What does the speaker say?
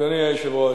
אדוני היושב-ראש,